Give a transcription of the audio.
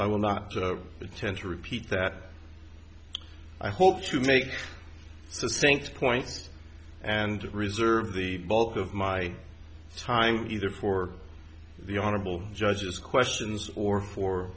i will not tend to repeat that i hope to make the sinks points and reserve the bulk of my time either for the honorable judge's questions or for